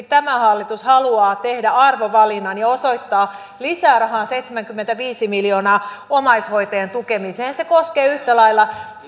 tämä hallitus haluaa tehdä arvovalinnan ja osoittaa lisärahaa seitsemänkymmentäviisi miljoonaa omaishoitajien tukemiseen se koskee yhtä lailla